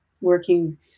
working